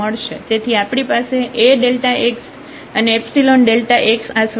તેથી આપણી પાસે AΔx અને ϵΔx આ સ્વરૂપ છે